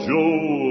Joe